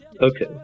Okay